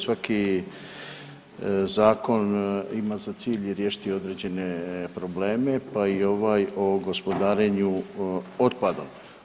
Svaki zakon ima za cilj riješiti određene probleme, pa i ovaj o gospodarenju otpadom.